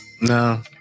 No